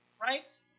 right